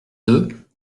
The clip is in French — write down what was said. deux